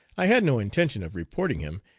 i had no intention of reporting him,